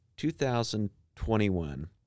2021